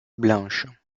blanches